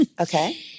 Okay